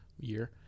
year